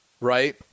right